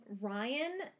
Ryan